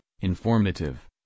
informative